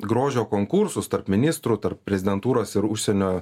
grožio konkursus tarp ministrų tarp prezidentūros ir užsienio